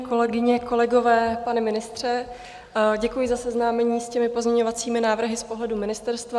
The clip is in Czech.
Kolegyně, kolegové, pane ministře, děkuji za seznámení s pozměňovacími návrhy z pohledu ministerstva.